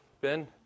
Ben